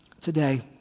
today